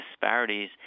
disparities